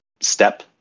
step